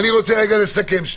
אני רוצה לסכם.